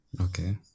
okay